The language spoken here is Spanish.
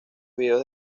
videos